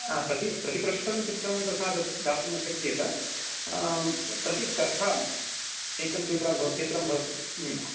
हा प्रति प्रतिपृष्ठं चित्रं तथा तत् दातुं न शक्येत प्रतिकथम् एकं चित्रा भव चित्रं भवतु